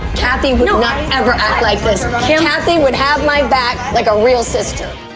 kathy would not ever act like this. kathy would have my back like a real sister.